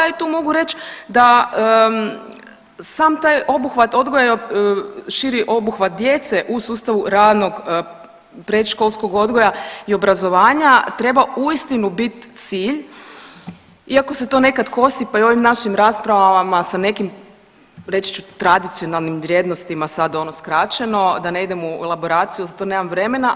I tu mogu reći da sam taj obuhvat odgoja širi obuhvat djece u sustavu ranog predškolskog odgoja i obrazovanja treba uistinu bit cilj iako se to nekad kosi pa i ovim našim raspravama sa nekim reći ću tradicionalnim vrijednostima sad ono skraćeno da ne idem u elaboraciju, za to nemam vremena.